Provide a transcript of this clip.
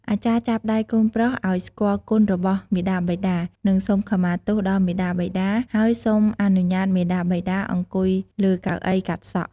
អាចារ្យចាប់ដៃកូនប្រុសឲ្យស្គាល់គុណរបស់មាតាបិតា និងសូមខមាទោសដល់មាតាបិតា ហើយសុំអនុញ្ញាតមាតាបិតា អង្គុយលើកៅអីកាត់សក់។